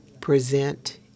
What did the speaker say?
present